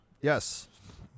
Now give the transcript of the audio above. yes